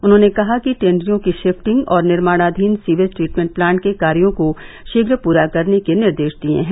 उन्होंने कानपुर की टेनरियों की शिफ्टिंग और निर्माणाधीन सीवेज ट्रीटमेंट प्लांट के कार्यो को ीघ पूरा करने के निर्देश दिये हैं